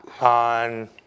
on